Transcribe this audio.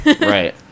Right